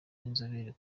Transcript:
n’inzobere